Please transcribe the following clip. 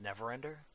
Neverender